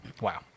Wow